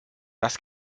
das